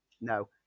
No